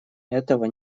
этого